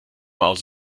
aus